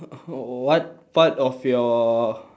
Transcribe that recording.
what part of your